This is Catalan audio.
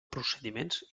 procediments